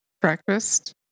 breakfast